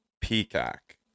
Peacock